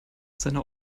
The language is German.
seine